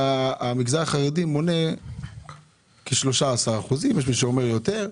כשהמגזר החרדי מונה כ-13% - יש מי שאומר יותר.